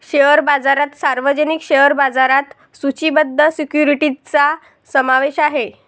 share बाजारात सार्वजनिक share बाजारात सूचीबद्ध सिक्युरिटीजचा समावेश आहे